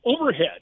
overhead